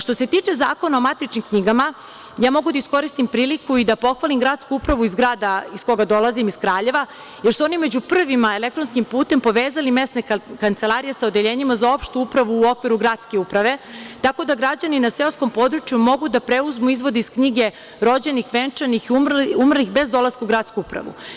Što se tiče Zakona o matičnim knjigama, mogu da iskoristim priliku da pohvalim gradsku upravu iz grada iz koga dolazim, iz Kraljeva, jer su oni među prvima elektronskim putem povezali mesne kancelarije sa odeljenjima za opštu upravu u okviru gradske uprave, tako da građani na seoskom području mogu da preuzmu izvod iz knjige rođenih, venčanih, umrlih bez dolaska u gradsku upravu.